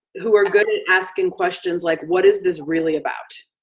who are good at asking questions like what is this really about?